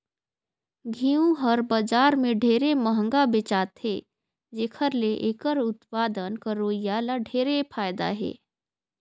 घींव हर बजार में ढेरे मंहगा बेचाथे जेखर ले एखर उत्पादन करोइया ल ढेरे फायदा हे